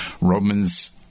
Romans